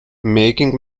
making